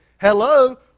Hello